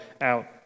out